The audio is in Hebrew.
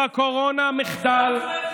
זורק מספרים וסתם מסלף, אופיר, באמת.